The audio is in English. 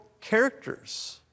characters